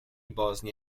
bosnia